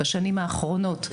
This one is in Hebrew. בשנים האחרונות,